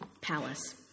palace